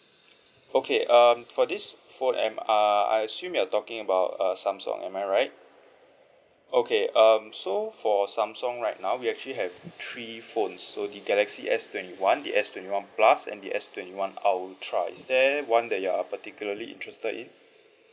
okay um for this phone am uh I assume you're talking about uh samsung am I right okay um so for samsung right now we actually have three phones so the galaxy S twenty one the S twenty one plus and S twenty one ultra is there one that you're a particularly interested in